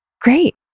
great